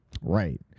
Right